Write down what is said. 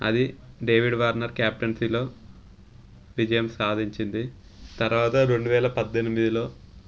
అది David Warner క్యాప్టన్సీలో విజయం సాధించింది తర్వాత రెండు వేల పద్దెనిమిదిలో